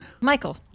Michael